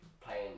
playing